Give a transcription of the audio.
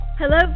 Hello